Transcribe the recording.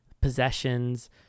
possessions